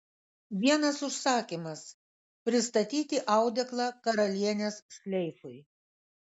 vienas užsakymas pristatyti audeklą karalienės šleifui